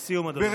לסיום, אדוני.